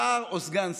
שר או סגן שר,